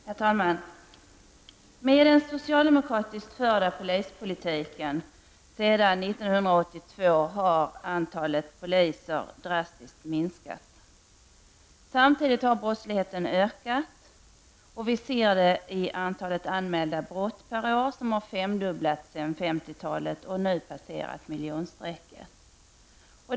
Herr talman! Med den sedan år 1982 förda socialdemokratiska polispolitiken har antalet poliser drastiskt minskat. Samtidigt har brottsligheten ökat. Vi ser det i antalet anmälda brott per år, som femdubblats sedan 50-talet och nu passerat miljonstrecket.